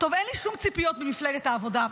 אין לי שום ציפיות ממפלגת העבודה.